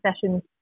sessions